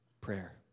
prayer